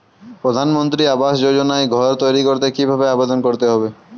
প্রধানমন্ত্রী আবাস যোজনায় ঘর তৈরি করতে কিভাবে আবেদন করতে হবে?